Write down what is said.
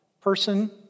person